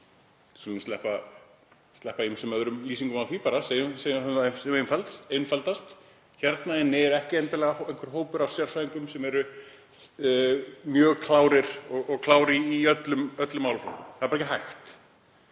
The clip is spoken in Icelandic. skulum sleppa ýmsum öðrum lýsingum á því og segja sem einfaldast að hér inni er ekki endilega einhver hópur af sérfræðingum sem eru mjög klárir og klárir í öllum málaflokkum, það er bara ekki hægt.